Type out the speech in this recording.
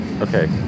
Okay